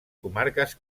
comarques